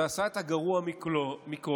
שעשה את הגרוע מכול,